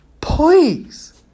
Please